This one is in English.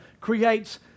creates